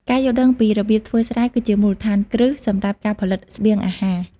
ការយល់ដឹងពីរបៀបធ្វើស្រែ គឺជាមូលដ្ឋានគ្រឹះសម្រាប់ការផលិតស្បៀងអាហារ។